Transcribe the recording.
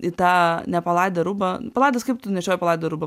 į tą nepalaidą rūbą palaidas kaip tu nešioji palaidą rūbą